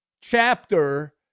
chapter